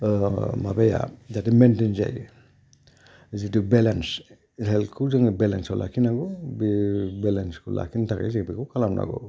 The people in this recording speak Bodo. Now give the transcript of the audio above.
माबाया जाथे मेनटैन जायो जिथु बेलेन्स हेल्थखौ जोङो बेलेन्साव लाखिनांगौ बे बेलेन्सखौ लाखिनाय थाखाय जों बेखौ खालामनांगौ